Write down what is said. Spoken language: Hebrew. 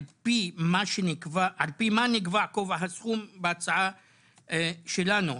על פי מה נקבע גובה הסכום בהצעה שלנו?